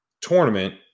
tournament